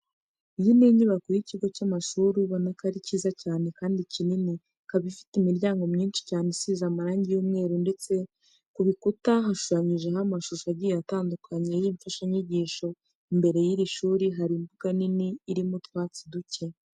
Iyi ni inyubako y'ikigo cy'amashuri ubona ko ari cyiza cyane kandi kinini, ikaba ifite imiryango myinshi cyane isize amarange y'umweru, ndetse ku bikuta hashushanyijeho amashusho agiye atandukanye y'imfashanyigisho. Imbere y'iri shuri hari imbuga nini irimo utwatsi duke.